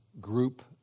group